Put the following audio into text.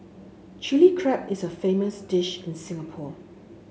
Chilli Crab is a famous dish in Singapore